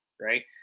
right